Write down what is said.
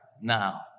now